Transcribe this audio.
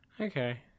Okay